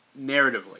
narratively